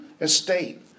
estate